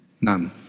None